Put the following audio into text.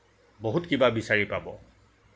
বহুত কিবা বিচাৰি পাব